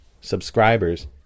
subscribers